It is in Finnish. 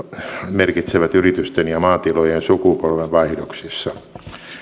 merkitsevät yritysten ja maatilojen sukupolvenvaihdoksissa